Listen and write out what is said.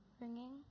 Ringing